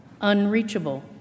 unreachable